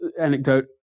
anecdote